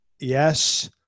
Yes